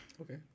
Okay